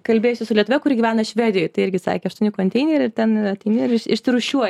kalbėjusi su lietuve kuri gyvena švedijoj tai irgi sakė aštuoni konteineriai ten ateini ir išsirūšiuoji